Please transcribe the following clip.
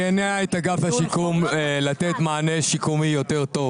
אני חושב שזה יניע את אגף השיקום לתת מענה שיקומי יותר טוב